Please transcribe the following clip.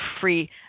free